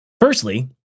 Firstly